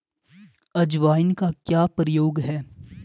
अजवाइन का क्या प्रयोग है?